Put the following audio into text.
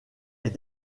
est